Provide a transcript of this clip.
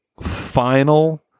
final